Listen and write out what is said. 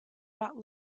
about